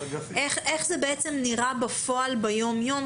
איך זה נראה בפועל ביום יום,